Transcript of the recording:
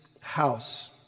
house